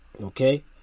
Okay